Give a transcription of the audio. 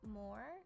more